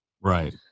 Right